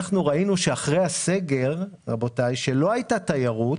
רבותיי, ראינו שאחרי הסגר שלא הייתה תיירות